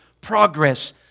progress